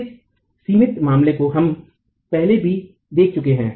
इस सिमित मामले को हम पहले भी देख चुके है